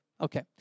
Okay